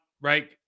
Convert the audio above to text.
Right